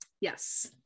yes